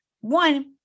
one